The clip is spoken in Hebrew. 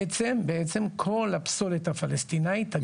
בעצם כל הפסולת הפלסטינית תגיע לאתרים מוסדרים.